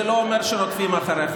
זה לא אומר שרודפים אחריך.